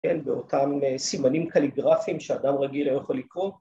‫כן, באותם סימנים קליגרפיים ‫שאדם רגיל לא יכול לקרוא.